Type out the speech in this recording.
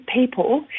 people